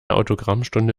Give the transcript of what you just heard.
autogrammstunde